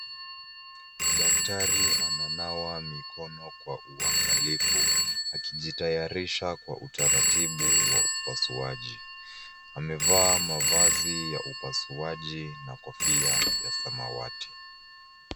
Daktari ananawa mikono kwa uangalifu akijitayarisha kwa utaratibu wa upasuaji. Amevaa mavazi ya upasuaji na kofia ya samawati.